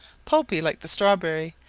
pulpy like the strawberry,